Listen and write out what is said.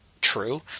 true